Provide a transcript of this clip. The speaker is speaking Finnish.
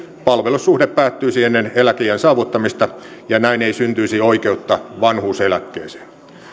palvelussuhde päättyisi ennen eläkeiän saavuttamista ja näin ei syntyisi oikeutta vanhuuseläkkeeseen